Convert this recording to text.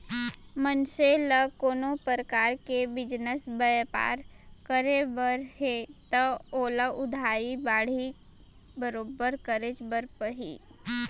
मनसे ल कोनो परकार के बिजनेस बयपार करे बर हे तव ओला उधारी बाड़ही बरोबर करेच बर परही